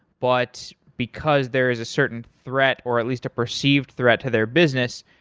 but because there is a certain threat or at least a perceived threat to their business,